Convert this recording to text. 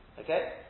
Okay